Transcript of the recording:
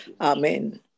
Amen